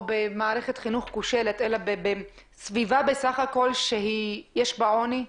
במערכת חינוך כושלת אלא בסביבה שיש בה עוני,